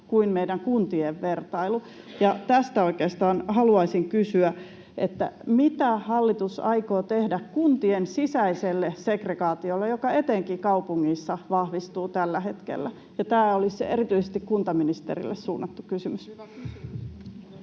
kuin meidän kuntien vertailu. Tästä oikeastaan haluaisin kysyä: mitä hallitus aikoo tehdä kuntien sisäiselle segregaatiolle, joka etenkin kaupungeissa vahvistuu tällä hetkellä? Tämä olisi erityisesti kuntaministerille suunnattu kysymys. [Eveliina